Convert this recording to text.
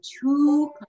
two